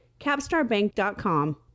CapstarBank.com